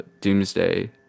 doomsday